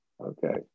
Okay